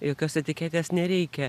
jokios etiketės nereikia